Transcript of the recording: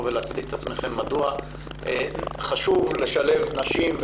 ולהצדיק את עצמכן מדוע חשוב לשלב נשים.